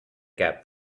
cap